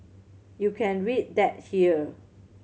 you can read that here